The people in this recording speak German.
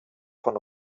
von